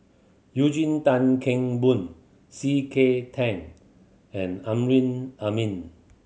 Eugene Tan Kheng Boon C K Tang and Amrin Amin